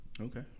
Okay